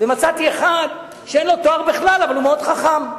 ומצאתי אחד שאין לו תואר בכלל אבל הוא מאוד חכם.